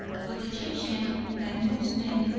but the egyptian, like most men,